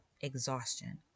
exhaustion